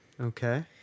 Okay